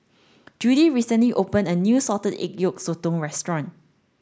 Judie recently open a new salted egg yolk sotong restaurant